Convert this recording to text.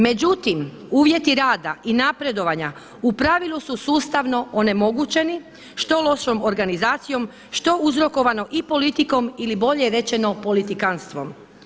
Međutim, uvjeti rada i napredovanja u pravilu su sustavno onemogućeni što lošom organizacijom, što je uzrokovano i politikom ili bolje rečeno politikanstvom.